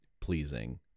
pleasing